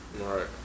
Right